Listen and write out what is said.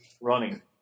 running